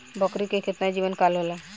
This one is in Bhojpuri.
बकरी के केतना जीवन काल होला?